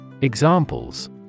Examples